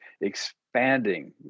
expanding